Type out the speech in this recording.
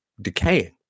decaying